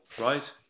right